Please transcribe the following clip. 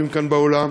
מחבריה כאן, באולם,